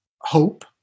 hope